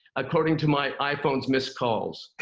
according to my iphone's missed calls.